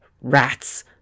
Rats